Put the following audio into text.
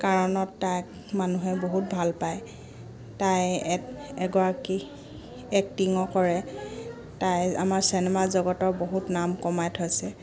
কাৰণত তাই মানুহে বহুত ভাল পায় তাই এগৰাকী এক্টিঙো কৰে তাই আমাৰ চেনেমা জগতৰ বহুত নাম কমাই থৈছে